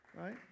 Right